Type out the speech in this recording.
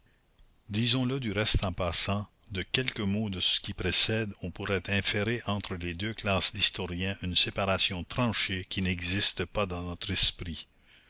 disons-le du reste en passant de quelques mots de ce qui précède on pourrait inférer entre les deux classes d'historiens une séparation tranchée qui n'existe pas dans notre esprit